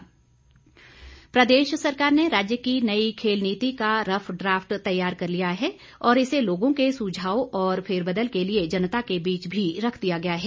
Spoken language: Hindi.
संकल्प प्रदेश सरकार ने राज्य की नई खेल नीति का रफ ड्राफ्ट तैयार कर लिया है और इसे लोगों के सुझाव और फेरबदल के लिए जनता के बीच भी रख दिया गया है